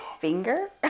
finger